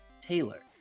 taylor